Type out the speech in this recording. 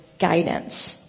guidance